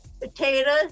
potatoes